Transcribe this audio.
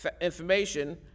information